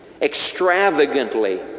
extravagantly